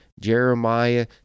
jeremiah